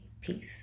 peace